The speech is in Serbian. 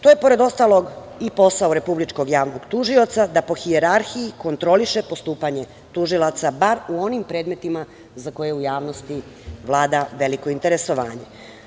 To je pored ostalog i posao republičkog javnog tužioca da po hijerarhiji kontroliše postupanje tužilaca bar u onim predmetima za koje u javnosti vlada veliko interesovanje.